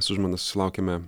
su žmona susilaukėme